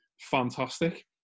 fantastic